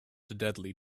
deadly